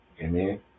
Amen